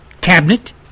cabinet